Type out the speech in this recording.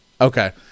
Okay